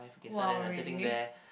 (wow) really